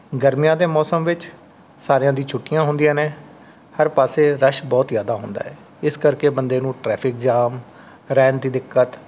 ਗਰਮੀਆਂ ਦੇ ਮੌਸਮ ਵਿੱਚ ਸਾਰਿਆਂ ਦੀ ਛੁੱਟੀਆਂ ਹੁੰਦੀਆਂ ਨੇ ਹਰ ਪਾਸੇ ਰਸ਼ ਬਹੁਤ ਜ਼ਿਆਦਾ ਹੁੰਦਾ ਹੈ ਇਸ ਕਰਕੇ ਬੰਦੇ ਨੂੰ ਟ੍ਰੈਫਿਕ ਜਾਮ ਰਹਿਣ ਦੀ ਦਿੱਕਤ